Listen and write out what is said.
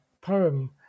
poem